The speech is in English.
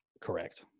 Correct